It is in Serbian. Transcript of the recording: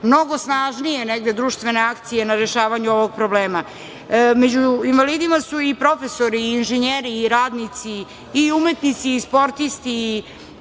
mnogo snažnije negde društvene akcije na rešavanju ovog problema.Među invalidima su i profesori, i inženjeri, i radnici, i umetnici, i sportisti.